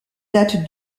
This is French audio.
date